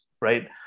Right